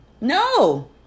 No